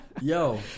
Yo